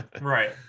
Right